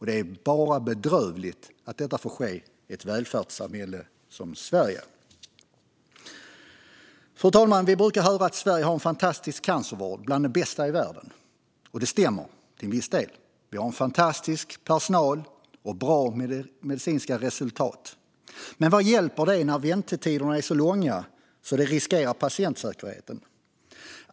Det är bedrövligt att detta får ske i ett välfärdssamhälle som Sverige. Fru talman! Vi brukar höra att Sverige har en fantastisk cancervård, bland den bästa i världen. Det stämmer till viss del. Vi har en fantastisk personal och bra medicinska resultat. Men vad hjälper det när väntetiderna är så långa att det riskerar patientsäkerheten?